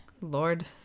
Lord